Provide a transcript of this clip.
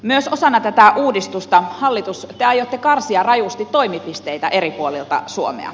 myös osana tätä uudistusta hallitus te aiotte karsia rajusti toimipisteitä eri puolilta suomea